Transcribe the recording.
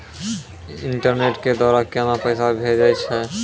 Internet के द्वारा केना पैसा भेजय छै?